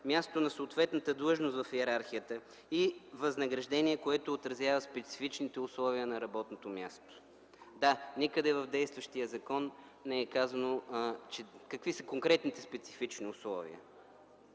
място на съответната длъжност в йерархията и възнаграждение, което отразява специфичните условия на работното място. Да, никъде в действащия закон не е казано какви са конкретните специфични условия.